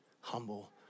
humble